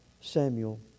Samuel